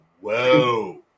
whoa